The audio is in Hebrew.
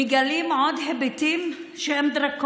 אנחנו מגלים עוד היבטים דרקוניים,